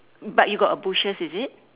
but you got a bushes is it